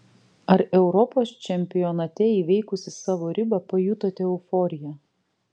ar europos čempionate įveikusi savo ribą pajutote euforiją